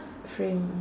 frame